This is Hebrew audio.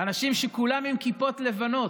אנשים שכולם עם כיפות לבנות.